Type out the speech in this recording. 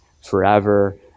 forever